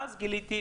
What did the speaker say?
ואז גיליתי,